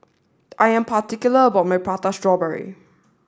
I am particular about my Prata Strawberry